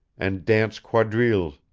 and dance quadrilles,